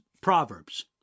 Proverbs